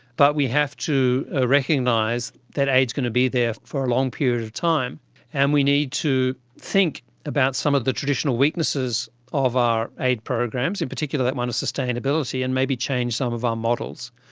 but we have to ah recognise that aid is going to be there for a long period of time and we need to think about some of the traditional weaknesses of our aid programs, in particular that one of sustainability, and maybe change some of our models.